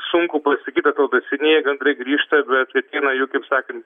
sunku pasakyt senieji grįžta bet kiekvieną jų kaip sakant